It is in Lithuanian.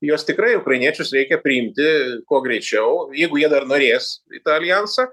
juos tikrai ukrainiečius reikia priimti kuo greičiau jeigu jie dar norės į tą aljansą